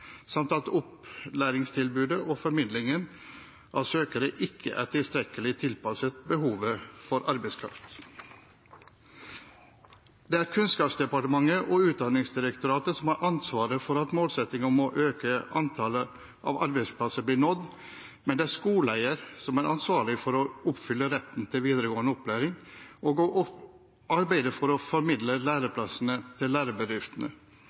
samt at opplæringstilbudet og formidlingen av søkere ikke er tilstrekkelig tilpasset behovet for arbeidskraft. Det er Kunnskapsdepartementet og Utdanningsdirektoratet som har ansvaret for at målsettingen om å øke antallet læreplasser blir nådd, men det er skoleeier som er ansvarlig for å oppfylle retten til videregående opplæring og å arbeide for å formidle læreplasser til